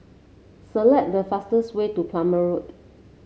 select the fastest way to Palmer Road